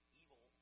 evil